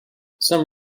some